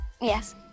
Yes